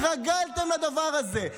התרגלתם לדבר הזה,